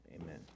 amen